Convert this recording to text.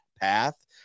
path